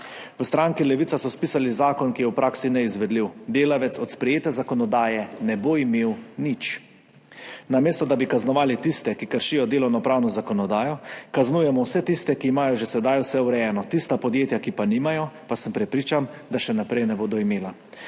V stranki Levica so spisali zakon, ki je v praksi neizvedljiv, delavec od sprejete zakonodaje ne bo imel nič. Namesto da bi kaznovali tiste, ki kršijo delovnopravno zakonodajo, kaznujemo vse tiste, ki imajo že sedaj vse urejeno, tista podjetja, ki pa nimajo, pa sem prepričan, da še naprej ne bodo imela.